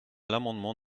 l’amendement